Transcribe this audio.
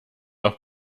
auch